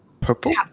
Purple